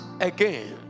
again